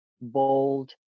bold